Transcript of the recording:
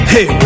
Hey